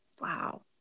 Wow